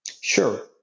Sure